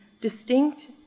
distinct